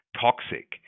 toxic